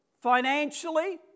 Financially